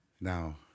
Now